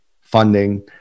funding